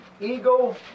eagle